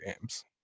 games